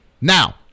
now